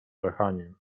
wahaniem